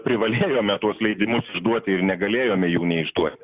privalėjome tuos leidimus išduoti ir negalėjome jų neišduoti